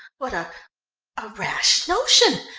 what a a rash notion!